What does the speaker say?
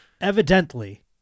evidently